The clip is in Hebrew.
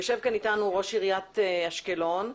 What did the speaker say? יושב אתנו ראש עיריית אשקלון.